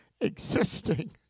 existing